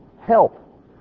help